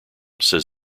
says